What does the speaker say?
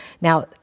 Now